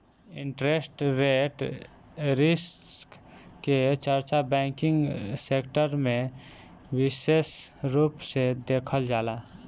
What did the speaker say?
interest rate risk के चर्चा banking sector में बिसेस रूप से देखल जाला